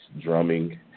drumming